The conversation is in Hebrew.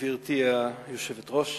גברתי היושבת-ראש,